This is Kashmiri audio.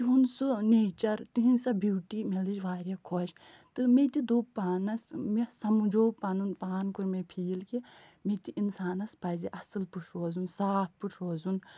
تِہُنٛد سُہ نیٚچَر تِہٕنٛز سۄ بیٛوٗٹی مےٚ لٔج واریاہ خۄش تہٕ مےٚ تہِ دوٚپ پانَس مےٚ سَمجھو پَنُن پان کوٚر مےٚ فیٖل کہِ مےٚ تہِ اِنسانَس پَزِ اَصٕل پٲٹھۍ روزُن صاف پٲٹھۍ روزُن